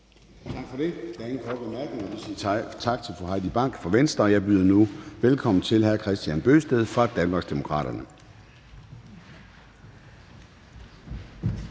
Tak for det. Der er ingen korte bemærkninger. Vi siger tak til fru Heidi Bank fra Venstre. Jeg byder nu velkommen til hr. Kristian Bøgsted fra Danmarksdemokraterne.